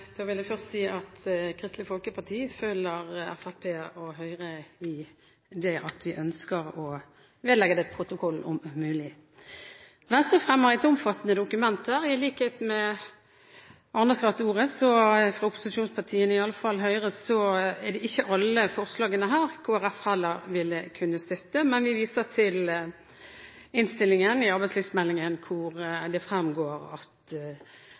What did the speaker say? måte. Jeg vil først si at Kristelig Folkeparti følger Fremskrittspartiet og Høyre, ved at vi ønsker å vedlegge dette protokollen, om mulig. Venstre fremmer her et omfattende dokument. I likhet med andre fra opposisjonspartiene som har hatt ordet – iallfall Høyre – vil heller ikke Kristelig Folkeparti kunne støtte alle forslagene. Men vi viser til innstillingen til arbeidslivsmeldingen, hvor det fremgår at